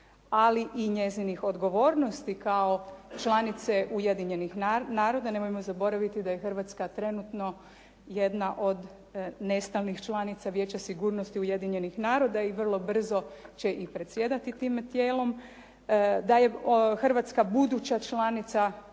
ali i njezinih odgovornosti kao članice Ujedinjenih naroda, nemojmo zaboraviti da je Hrvatska trenutno jedna od nestalnih članica Vijeća sigurnosti Ujedinjenih naroda i vrlo brzo će i predsjedati tim tijelom, da je Hrvatska buduća članica